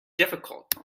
difficult